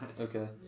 Okay